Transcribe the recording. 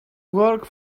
work